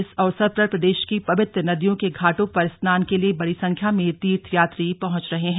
इस अवसर पर प्रदेश के पवित्र नदियों के घाटों पर स्नान के लिए बड़ी संख्या में तीर्थयात्री पहुंच रहे हैं